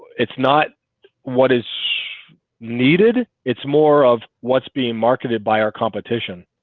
it's not what is needed it's more of what's being marketed by our competition?